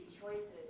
choices